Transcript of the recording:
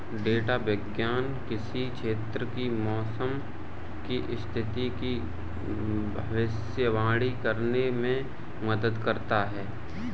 data विज्ञान किसी क्षेत्र की मौसम की स्थिति की भविष्यवाणी करने में मदद करता है